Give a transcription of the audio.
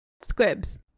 Squibs